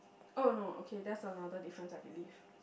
oh no okay that's another difference I believe